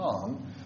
come